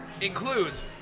includes